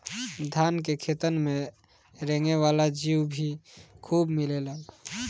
धान के खेतन में रेंगे वाला जीउ भी खूब मिलेलन